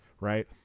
right